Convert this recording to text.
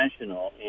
National